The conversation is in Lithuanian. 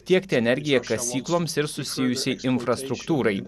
tiekti energiją kasykloms ir susijusiai infrastruktūrai